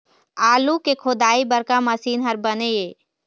आलू के खोदाई बर का मशीन हर बने ये?